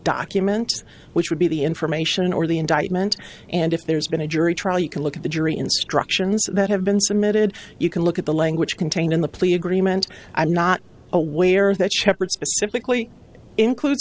document which would be the information or the indictment and if there's been a jury trial you can look at the jury instructions that have been submitted you can look at the language contained in the plea agreement i'm not aware that shepard specifically includes